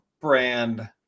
brand